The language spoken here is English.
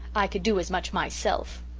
i could do as much myself.